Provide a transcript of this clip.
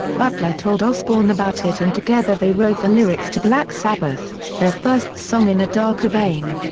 butler told osbourne about it and together they wrote the lyrics to black sabbath, their first song in a darker vein.